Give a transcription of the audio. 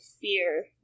fear